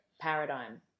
paradigm